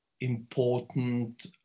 important